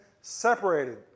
separated